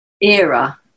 era